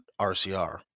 RCR